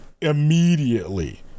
immediately